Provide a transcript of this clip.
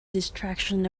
destruction